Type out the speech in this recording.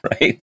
right